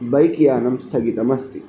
बैक्यानं स्थगितमस्ति